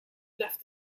left